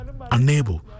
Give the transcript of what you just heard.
unable